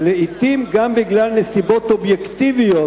ולעתים גם בגלל נסיבות אובייקטיביות,